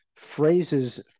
Phrases